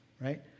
right